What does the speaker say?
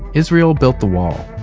israel built the wall.